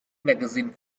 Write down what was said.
magazine